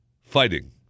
fighting